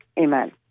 Amen